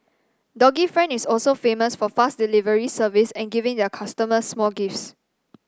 doggy friend is also famous for fast delivery service and giving their customers small gifts